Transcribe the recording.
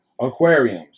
Aquariums